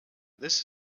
this